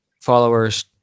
followers